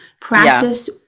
practice